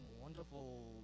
wonderful